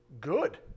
good